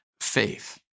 faith